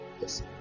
Yes